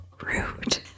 Rude